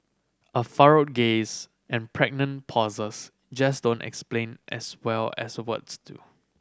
a furrowed gaze and pregnant pauses just don't explain as well as words do